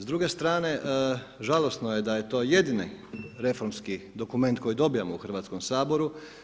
S druge strane žalosno je da je to jedini reformski dokument koji dobijamo u Hrvatskom saboru.